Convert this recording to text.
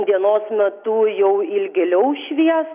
dienos metu jau ilgėliau švies